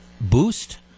boost